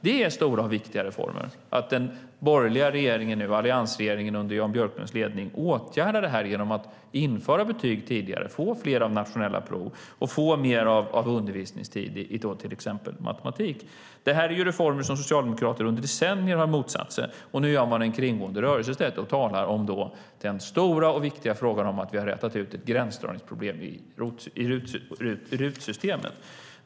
Det är stora och viktiga reformer att den borgerliga regeringen - alliansregeringen under Jan Björklunds ledning - åtgärdar det här genom att införa betyg tidigare och ha fler nationella prov och mer undervisningstid i till exempel matematik. Det här är reformer som socialdemokrater under decennier har motsatt sig, och nu gör man en kringgående rörelse och talar i stället om den stora och viktiga frågan att vi har rätat ut ett gränsdragningsproblem i RUT-systemet.